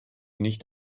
nicht